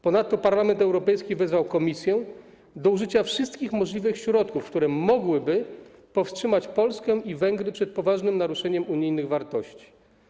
Ponadto Parlament Europejski wezwał komisję do użycia wszystkich możliwych środków, które mogłyby powstrzymać Polskę i Węgry przed poważnym naruszeniem unijnych wartości.